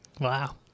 wow